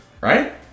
right